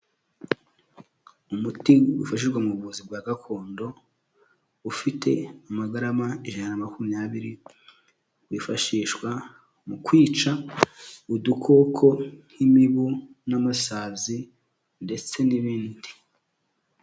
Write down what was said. Umuti ufashishwa mu buvuzi bwa gakondo, ufite amagarama ijana na makumyabiri, wifashishwa mu kwica udukoko nk'imibu n'amasazi ndetse n'ibindi.